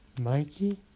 Mikey